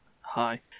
Hi